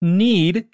Need